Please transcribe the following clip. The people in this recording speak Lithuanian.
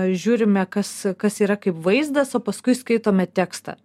žiūrime kas kas yra kaip vaizdas o paskui skaitome tekstą